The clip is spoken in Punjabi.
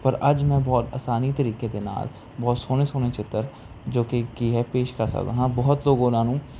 ਪਰ ਅੱਜ ਮੈਂ ਬਹੁਤ ਅਸਾਨੀ ਤਰੀਕੇ ਦੇ ਨਾਲ ਬਹੁਤ ਸੋਹਣੇ ਸੋਹਣੇ ਚਿੱਤਰ ਜੋ ਕਿ ਕੀ ਹੈ ਪੇਸ਼ ਕਰ ਸਕਦਾ ਹਾਂ ਬਹੁਤ ਲੋਗ ਉਨ੍ਹਾਂ ਨੂੰ